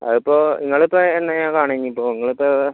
അതിപ്പോൾ നിങ്ങൾ ഇപ്പോൾ എന്നാണ് ഞാൻ കാണുക ഞാൻ ഇപ്പോൾ നിങ്ങൾ ഇപ്പോൾ